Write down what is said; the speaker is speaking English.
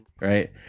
right